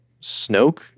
Snoke